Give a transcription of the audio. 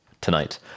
tonight